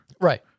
right